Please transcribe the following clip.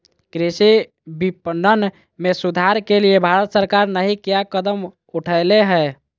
कृषि विपणन में सुधार के लिए भारत सरकार नहीं क्या कदम उठैले हैय?